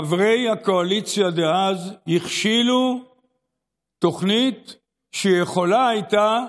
חברי הקואליציה דאז הכשילו תוכנית שיכולה הייתה,